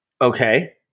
Okay